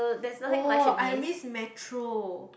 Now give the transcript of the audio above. oh I miss Metro